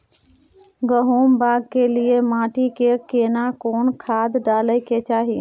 गहुम बाग के लिये माटी मे केना कोन खाद डालै के चाही?